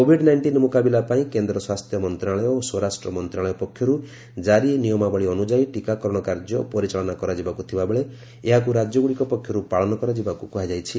Covid nineteen ମୁକାବିଲା ପାଇଁ କେନ୍ଦ୍ର ସ୍ୱାସ୍ଥ୍ୟ ମନ୍ତ୍ରଣାଳୟ ଓ ସ୍ୱରାଷ୍ଟ୍ରମନ୍ତ୍ରଣାଳୟ ପକ୍ଷରୁ ଜାରି ନିୟମାବଳୀ ଅନୁଯାୟୀ ଟୀକାକରଣ କାର୍ଯ୍ୟ ପରିଚାଳନା କରାଯିବାକୁ ଥିବାବେଳେ ଏହାକୁ ରାଜ୍ୟଗୁଡ଼ିକ ପକ୍ଷରୁ ପାଳନ କରାଯିବାକୁ କୁହାଯାଇଛି